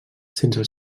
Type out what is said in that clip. sense